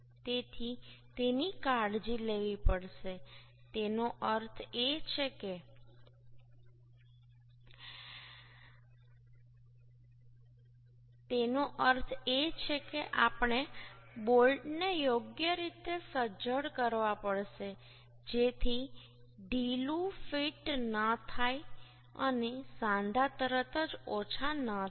તેથી તેની કાળજી લેવી પડશે તેનો અર્થ એ છે કે આપણે બોલ્ટને યોગ્ય રીતે સજ્જડ કરવા પડશે જેથી ઢીલું ફિટ ન થાય અને સાંધા તરત જ ઓછા ન થાય